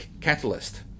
Catalyst